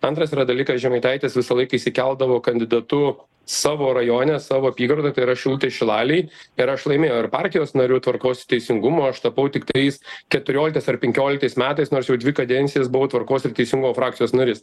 antras dalykas žemaitaitis visą laiką išsikeldavo kandidatu savo rajone savo apygardoj tai yra šilutėj šilalėj ir aš laimėjau ir partijos nariu tvarkos ir teisingumo aš tapau tiktais keturioliktais ar penkioliktais metais nors jau dvi kadencijas buvau tvarkos ir teisingumo frakcijos narys